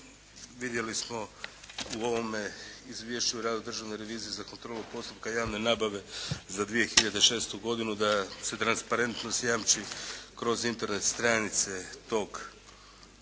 vidjeli smo u ovome Izvješću o radu Državne revizije za kontrolu postupka javne nabave za 2006. godinu da se transparentnost jamči kroz Internet stranice te